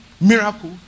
miracle